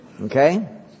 Okay